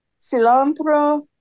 cilantro